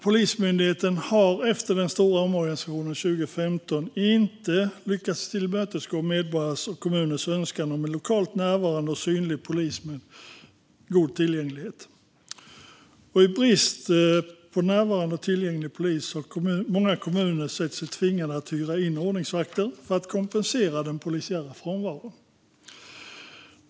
Polismyndigheten har efter den stora omorganisationen 2015 inte lyckats tillmötesgå medborgares och kommuners önskan om en lokalt närvarande och synlig polis med god tillgänglighet. I brist på närvarande och tillgänglig polis har många kommuner sett sig tvingade att hyra in ordningsvakter för att kompensera den polisiära frånvaron.